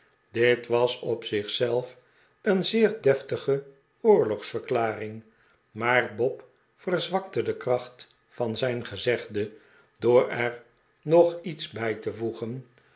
dit was op zich zelf een zeer deftige oorlogsverklaring maar bob verzwakte de kracht van zijn gezegde door er nog iets bij te voegen